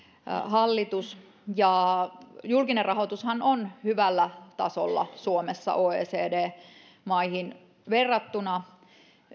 hallitus ja julkinen rahoitushan on hyvällä tasolla suomessa oecd maihin verrattuna